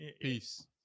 Peace